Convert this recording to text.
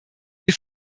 wir